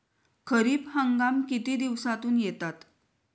खरीप हंगाम किती दिवसातून येतात?